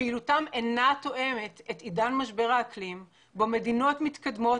פעילותם אינה תואמת את עידן משבר האקלים בו מדינות מתקדמות